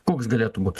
koks galėtų būt